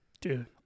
Dude